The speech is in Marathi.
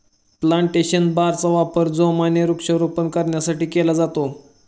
प्लांटेशन बारचा वापर जोमाने वृक्षारोपण करण्यासाठी केला जातो